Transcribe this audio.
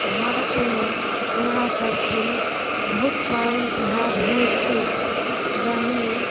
भारतमे हमरासभके बहुत पाबनि तिहार होइत अछि जाहिमे